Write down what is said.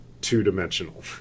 two-dimensional